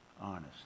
honest